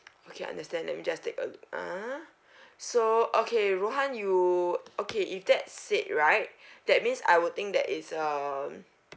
okay understand let me just take a look ah so okay rohan you okay if that said right that means I would think that is um